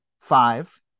five